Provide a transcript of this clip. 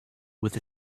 with